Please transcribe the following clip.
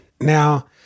Now